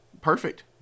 Perfect